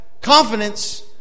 confidence